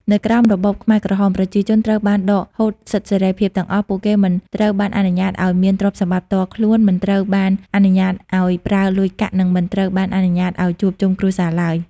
នៅក្រោមរបបខ្មែរក្រហម ប្រជាជនត្រូវបានដកហូតសិទ្ធិសេរីភាពទាំងអស់ ពួកគេមិនត្រូវបានអនុញ្ញាតឲ្យមានទ្រព្យសម្បត្តិផ្ទាល់ខ្លួន មិនត្រូវបានអនុញ្ញាតឲ្យប្រើលុយកាក់ និងមិនត្រូវបានអនុញ្ញាតឲ្យជួបជុំគ្រួសារឡើយ។